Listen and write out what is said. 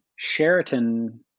sheraton